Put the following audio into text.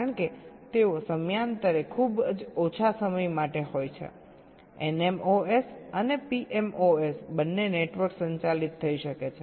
કારણ કે તેઓ સમયાંતરે ખૂબ જ ઓછા સમય માટે હોય છે NMOS અને PMOS બંને નેટવર્ક સંચાલિત થઈ શકે છે